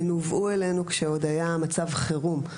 הן הובאו אלינו כשעוד היה מצב חירום,